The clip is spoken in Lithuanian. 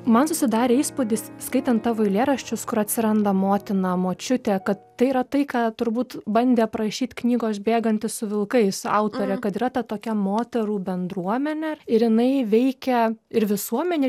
man susidarė įspūdis skaitant tavo eilėraščius kur atsiranda motina močiutė kad tai yra tai ką turbūt bandė aprašyt knygos bėganti su vilkais autorė kad yra ta tokia moterų bendruomenė ir jinai veikia ir visuomenė